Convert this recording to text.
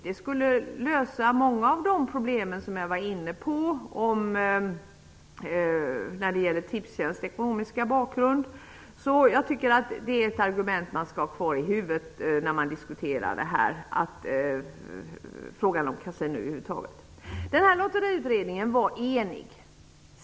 Det skulle lösa många av de problem som jag var inne på när det gäller Tipstjänsts ekonomi. Jag tycker att det är ett argument att tänka på när man diskuterar frågan om kasino. Lotteriutredningen var enig.